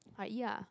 !huh! ya